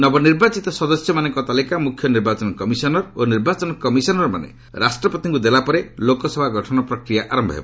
ନବନିର୍ବାଚିତ ସଦସ୍ୟମାନଙ୍କ ତାଲିକା ମୁଖ୍ୟ ନିର୍ବାଚନ କମିଶନର୍ ଓ ନିର୍ବାଚନ କମିଶନର୍ମାନେ ରାଷ୍ଟ୍ରପତିଙ୍କ ଦେଲା ପରେ ଲୋକସଭା ଗଠନ ହେବା ପ୍ରକ୍ରିୟା ଆରମ୍ଭ ହେବ